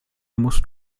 musst